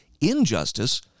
injustice